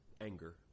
anger